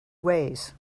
ways